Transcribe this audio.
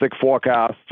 forecast